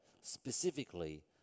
specifically